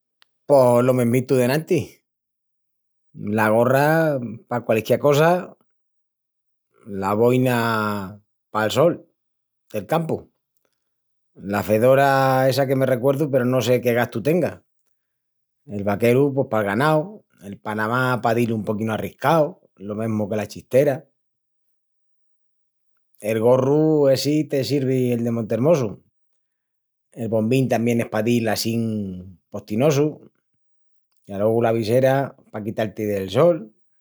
Pos lo mesmitu d'enantis: la gorra pa qualisquiá cosa, la boina pal sol del campu, la fedora essa que me recuerdu pero no sé qué gastu tenga, el vaqueru pos pal ganau, el panamá pa dil un poquinu arriscau lo mesmu que la chistera, el gorru essi te sirvi el de Montermosu, el bombín es tamién pa dil assín postinosu, i alogu la visera pa quital-ti del sol.